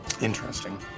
Interesting